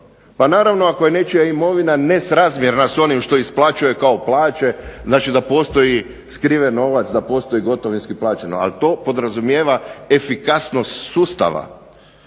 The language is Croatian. Pa naravno ako je nečija imovina nesrazmjerna s onim što isplaćuje kao plaće, znači da postoji skriven novac, da postoji gotovinsko plaćeno, ali to podrazumijeva efikasnost sustava,